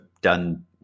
done